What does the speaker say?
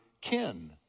kin